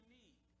need